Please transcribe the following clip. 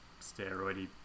steroidy